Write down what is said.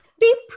Beep